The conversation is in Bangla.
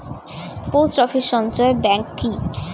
পোস্ট অফিস সঞ্চয় ব্যাংক কি?